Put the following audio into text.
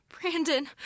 Brandon